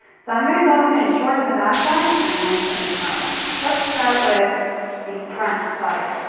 so i'm gonna go ahead and shorten the back one and lengthen the front one. let's start with the front bodice.